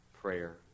prayer